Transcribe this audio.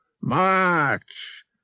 march